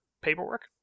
paperwork